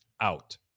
Out